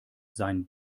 sein